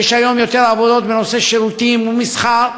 יש היום יותר עבודות בנושא שירותים ומסחר,